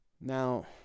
Now